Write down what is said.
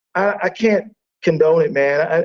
i can't condone it, man.